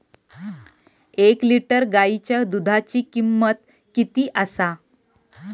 एक लिटर गायीच्या दुधाची किमंत किती आसा?